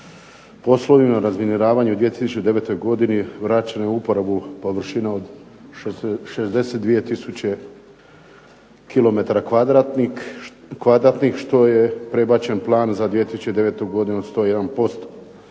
Poslovima razminiravanja u 2009. godini vraćeno je u uporabu površina od 62 tisuće km2 što je prebačen plan za 2009. godinu 101%.